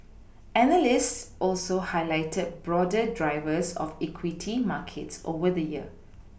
analysts also highlighted broader drivers of equity markets over the year